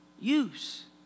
use